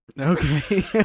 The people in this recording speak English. Okay